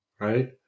Right